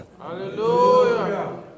Hallelujah